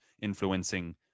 influencing